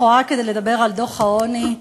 לכאורה כדי לדבר על דוח העוני,